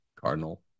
Cardinal